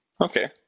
Okay